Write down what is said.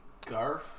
Garf